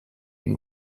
and